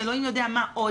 ואלוהים יודע מה עוד.